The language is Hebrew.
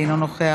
אינו נוכח,